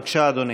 בבקשה, אדוני.